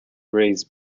raised